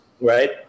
Right